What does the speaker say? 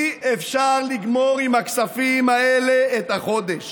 אי-אפשר לגמור עם הכספים האלה את החודש.